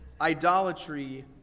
idolatry